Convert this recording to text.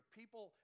people